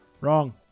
Wrong